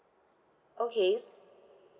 okay